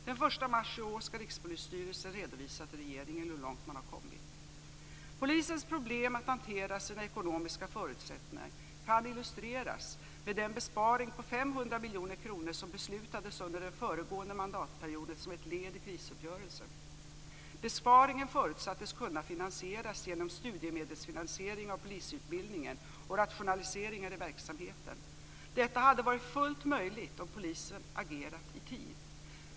Den 1 mars i år skall Rikspolisstyrelsen redovisa till regeringen hur långt man har kommit. Polisens problem att hantera sina ekonomiska förutsättningar kan illustreras med den besparing på 500 miljoner kronor som beslutades under den föregående mandatperioden som ett led i krisuppgörelsen. Besparingen förutsattes kunna finansieras genom studiemedelsfinansiering av polisutbildningen och rationaliseringar i verksamheten. Detta hade varit fullt möjligt om polisen agerat i tid.